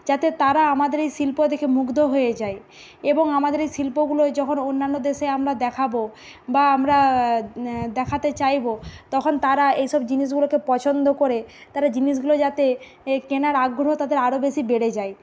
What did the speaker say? যাতে তারা আমাদের এই শিল্প দেখে মুগ্ধ হয়ে যায় এবং আমাদের এই শিল্পগুলোই যখন অন্যান্য দেশে আমরা দেখাবো বা আমরা দেখাতে চাইব তখন তারা এইসব জিনিসগুলোকে পছন্দ করে তারা জিনিসগুলো যাতে এ কেনার আগ্রহ তাদের আরো বেশি বেড়ে যায়